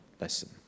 lesson